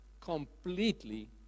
completely